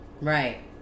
Right